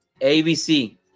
ABC